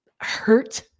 Hurt